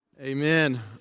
Amen